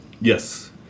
Yes